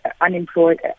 unemployed